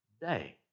day